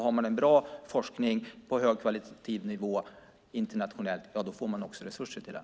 Har man en bra forskning på hög kvalitetsnivå internationellt får man också resurser till den.